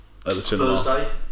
Thursday